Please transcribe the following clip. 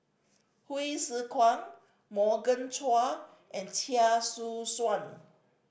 Hsu Tse Kwang Morgan Chua and Chia Choo Suan